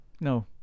No